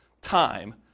time